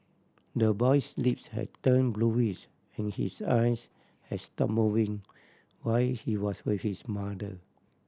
the boy's lips had turn bluish and his eyes has stop moving while he was with his mother